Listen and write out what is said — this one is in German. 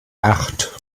acht